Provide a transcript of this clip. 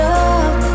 up